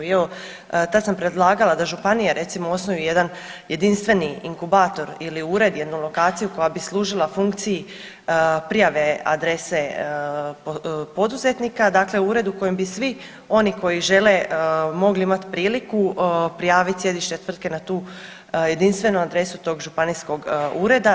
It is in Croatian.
I evo tad sam predlagala da županija recimo osnuje jedan jedinstveni inkubator ili ured, jednu lokaciju koja bi služila funkciji prijave adrese poduzetnika, dakle ured u kojem bi svi oni koji žele mogli imati priliku prijaviti sjedište tvrtke na tu jedinstvenu adresu tog županijskog ureda.